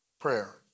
Prayer